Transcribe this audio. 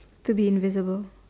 to be invisible